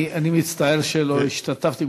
אני מצטער שלא השתתפתי,